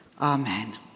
Amen